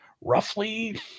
roughly